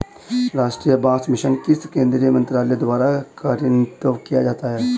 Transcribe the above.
राष्ट्रीय बांस मिशन किस केंद्रीय मंत्रालय द्वारा कार्यान्वित किया जाता है?